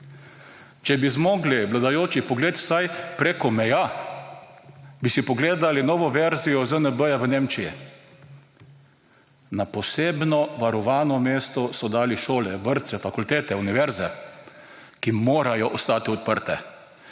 Če bi zmogli vladajoči pogled vsaj preko meja, bi si pogledali novo verzijo ZNB v Nemčiji. Na posebno varovano mesto so dali šole, vrtce, fakultete, univerze, ki morajo ostati odprte.